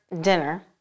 dinner